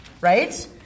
right